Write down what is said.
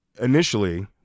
initially